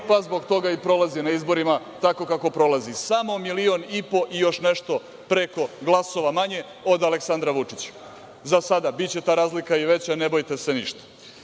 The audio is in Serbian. pa zbog toga i prolazi na izborima tako kako prolazi. Samo milion i po, i još neko preko, glasova manje od Aleksandra Vučića, za sada. Biće ta razlika i veća, ne bojte se ništa. Kada